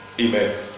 Amen